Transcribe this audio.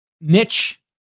niche